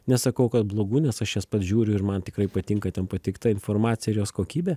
nesakau kad blogų nes aš jas pats žiūriu ir man tikrai patinka ten pateikta informacija ir jos kokybė